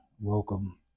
welcome